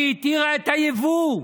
היא התירה את היבוא,